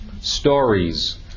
stories